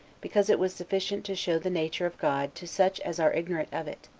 because it was sufficient to show the nature of god to such as are ignorant of it,